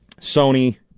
Sony